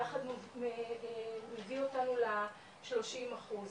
ככה זה מביא אותנו ל-30 אחוז.